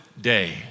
day